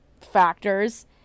factors